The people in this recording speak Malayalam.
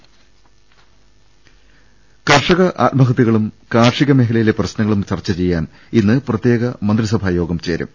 ൾ ൽ ൾ കർഷക ആത്മഹതൃകളും കാർഷിക മേഖലയിലെ പ്രശ്നങ്ങളും ചർച്ച ചെയ്യാൻ ഇന്ന് പ്രത്യേക മന്ത്രിസഭാ യോഗം ചേരും